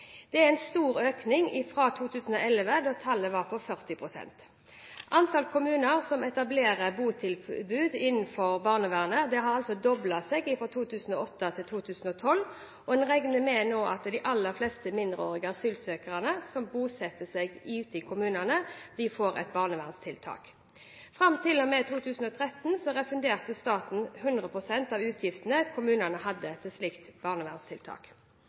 er en stor økning fra 2011, da tallet var 40 pst. Antallet kommuner som etablerer botilbud innenfor barnevernet, har doblet seg fra 2008 til 2012, og en regner nå med at de aller fleste enslige mindreårige asylsøkere som i dag bosettes ute i kommunene, får et barnevernstiltak. Fram til og med 2013 refunderte staten 100 pst. av utgiftene kommunene hadde til slike barnevernstiltak.